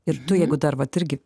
ir tu jeigu dar vat irgi